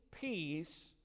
peace